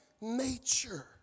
nature